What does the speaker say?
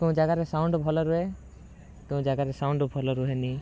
କେଉଁ ଜାଗାରେ ସାଉଣ୍ଡ ଭଲ ରୁହେ କେଉଁ ଜାଗାରେ ସାଉଣ୍ଡ ଭଲ ରୁହେନି